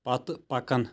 پتہٕ پکن